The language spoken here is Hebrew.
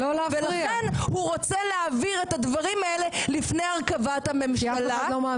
ולכן הוא רוצה להעביר את הדברים האלה לפני הרכבת הממשלה.